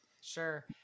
sure